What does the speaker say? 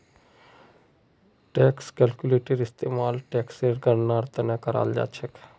tax calculator इस्तेमाल टेक्सेर गणनार त न कराल जा छेक